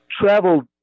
traveled